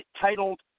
titled